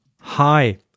Hi